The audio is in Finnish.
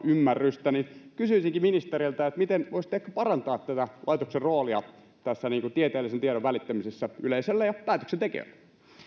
ymmärrystä kysyisinkin ministeriltä miten voisitte ehkä parantaa tätä laitoksen roolia tässä tieteellisen tiedon välittämisessä yleisölle ja päätöksentekijöille